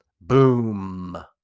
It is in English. Boom